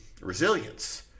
resilience